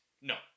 No